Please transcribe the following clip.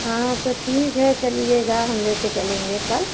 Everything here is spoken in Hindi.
हाँ तो ठीक है चलिएगा हम लेकर चलेंगे कल